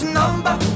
number